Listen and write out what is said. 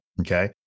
Okay